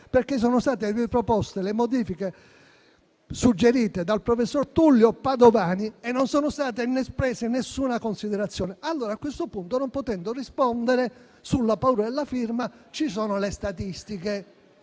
perché sono state proposte le modifiche suggerite dal professor Tullio Padovani, ma non è stata espressa nessuna considerazione. A questo punto, non potendo rispondere sulla paura della firma, ci sono le statistiche.